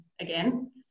again